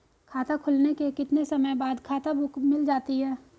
खाता खुलने के कितने समय बाद खाता बुक मिल जाती है?